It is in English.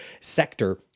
sector